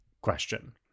question